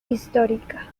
histórica